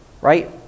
right